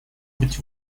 быть